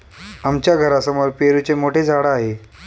आमच्या घरासमोर पेरूचे मोठे झाड आहे